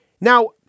Now